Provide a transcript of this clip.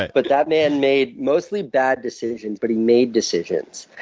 but that man made mostly bad decisions, but he made decisions.